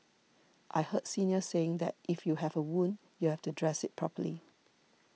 I heard seniors saying that if you have a wound you have to dress it properly